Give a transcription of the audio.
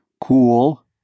Cool